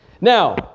Now